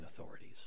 authorities